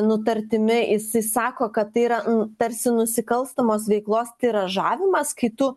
nutartimi jisai sako kad tai yra n tarsi nusikalstamos veiklos tiražavimas kai tu